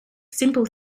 simple